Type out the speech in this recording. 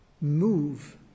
move